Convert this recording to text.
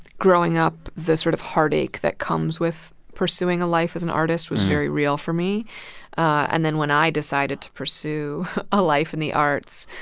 growing up, the sort of heartache that comes with pursuing a life as an artist was very real for me and then, when i decided to pursue a life in the arts,